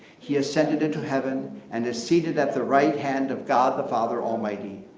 he ascended into heaven and is seated at the right hand of god the father almighty.